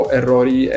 errori